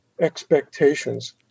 expectations